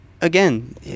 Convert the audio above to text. again